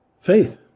faith